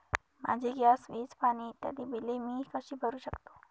माझी गॅस, वीज, पाणी इत्यादि बिले मी कशी भरु शकतो?